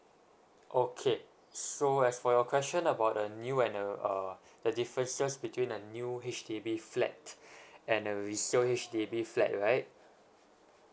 okay so as for your question about a new and a uh the differences between a new H_D_B flat and a resale H_D_B flat right